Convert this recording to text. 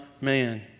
man